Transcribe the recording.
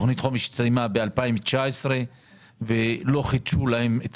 תכנית החומש הסתיימה ב-2019 ולא חידשו להם את